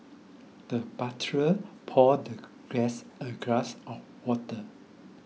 the butler poured the guest a glass of water